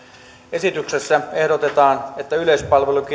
esityksessä ehdotetaan että